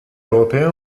européens